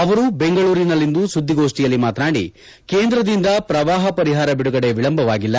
ಅವರು ಬೆಂಗಳೂರಿನಲ್ಲಿಂದು ಸುದ್ಗಿಗೋಷ್ನಿಯಲ್ಲಿ ಮಾತನಾಡಿ ಕೇಂದ್ರದಿಂದ ಶ್ರವಾಹ ಪರಿಹಾರ ಬಿಡುಗಡೆ ವಿಳಂಬವಾಗಿಲ್ಲ